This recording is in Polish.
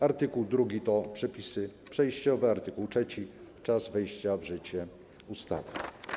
Art. 2 to przepisy przejściowe, a art. 3 - czas wejścia w życie ustawy.